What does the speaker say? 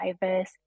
diverse